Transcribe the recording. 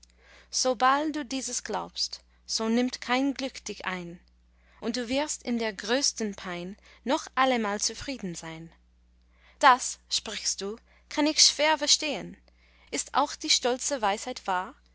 sobald du dieses glaubst so nimmt kein glück dich ein und du wirst in der größten pein noch allemal zufrieden sein das sprichst du kann ich schwer verstehen ist auch die stolze weisheit wahr